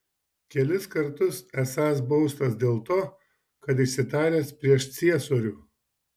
kelis kartus esąs baustas dėl to kad išsitaręs prieš ciesorių